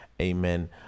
Amen